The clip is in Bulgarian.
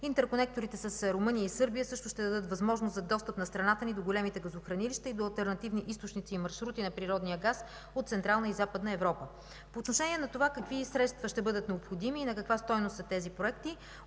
Интерконекторите със Сърбия и Румъния също ще дадат възможност за достъп на страната ни до големите газохранилища и до алтернативни източници и маршрути на природния газ от Централна и Западна Европа. Какви средства ще бъдат необходими и на каква стойност са тези проекти,